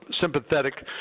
sympathetic